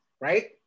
right